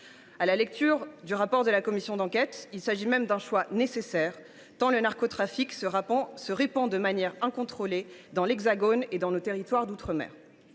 À la lecture du rapport de la commission d’enquête, il s’agit même d’un choix nécessaire, tant le narcotrafic se répand de manière incontrôlée dans l’Hexagone et dans nos territoires d’outre mer.